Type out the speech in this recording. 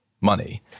money